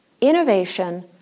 innovation